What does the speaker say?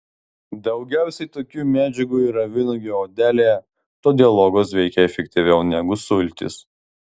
daugiausiai tokių medžiagų yra vynuogių odelėje todėl uogos veikia efektyviau negu sultys